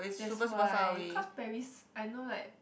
that's why cause Paris I know like